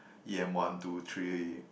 e_m one two three